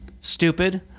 stupid